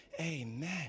Amen